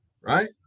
right